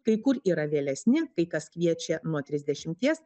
kai kur yra vėlesni kai kas kviečia nuo trisdešimties